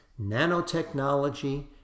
nanotechnology